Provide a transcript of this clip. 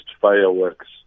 fireworks